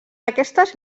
aquestes